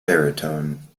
baritone